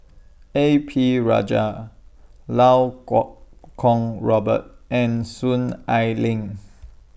A P Rajah Iau Kuo Kwong Robert and Soon Ai Ling